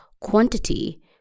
quantity